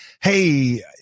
Hey